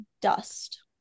dust